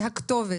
והכתובת,